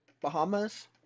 bahamas